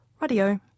Radio